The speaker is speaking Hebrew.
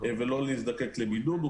ולא להזדקק לבידוד.